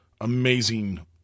amazing